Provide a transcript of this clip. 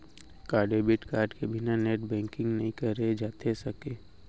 का debit card के बिना नेट बैंकिंग नई करे जाथे सके?